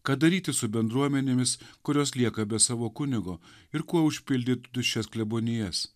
ką daryti su bendruomenėmis kurios lieka be savo kunigo ir kuo užpildyt tuščias klebonijas